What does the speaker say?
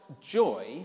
joy